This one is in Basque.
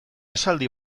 esaldi